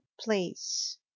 place